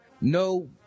no